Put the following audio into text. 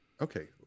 okay